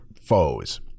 foes